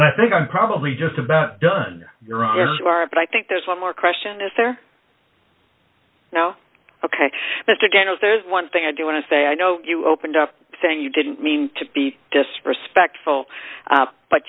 i think i'm probably just about done but i think there's one more question is there no ok mr daniels there's one thing i do want to say i know you opened up saying you didn't mean to be disrespectful